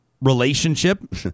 relationship